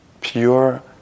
pure